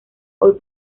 hoy